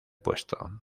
puesto